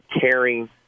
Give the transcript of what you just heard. caring